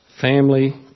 Family